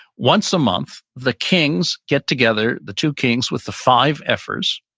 once a month the kings get together, the two kings with the five efforts,